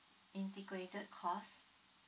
integrated cost